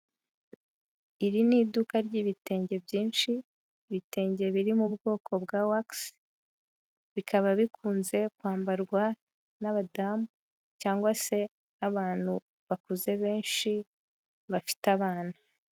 Iri ni iduka ry'ibitenge byinshi, ibitenge biri mu bwoko bwa wakisi, bikaba bikunze kwambarwa n'abadamu cyangwa se abantu bakuze benshi bafite abana.